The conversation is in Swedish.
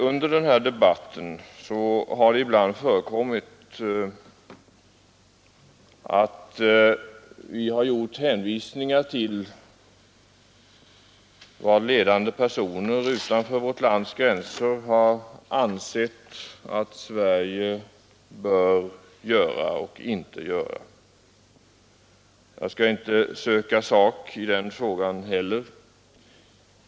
Under denna debatt har det ibland förekommit hänvisningar till vad ledande personer utanför vårt lands gränser har ansett att Sverige bör göra och inte göra. Jag skall inte söka sak i den frågan.